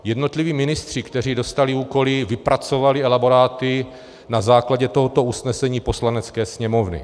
Jednotliví ministři, kteří dostali úkoly, vypracovali elaboráty na základě tohoto usnesení Poslanecké sněmovny.